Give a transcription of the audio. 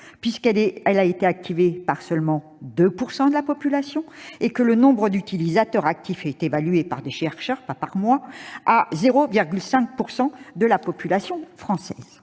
puisqu'elle n'a été activée que par 2 % de la population et que le nombre d'utilisateurs actifs est évalué par des chercheurs- pas par moi ! -à 0,5 % de la population française